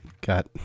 got